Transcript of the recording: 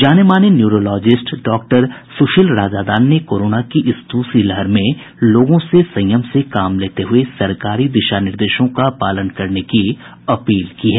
जानेमाने neurologist doctor Sushil Razdan ने corona की इस दूसरी लहर में लोगों से संयम से काम लेते हुये सरकारी दिशा निर्देशों का पालन करने की अपील की है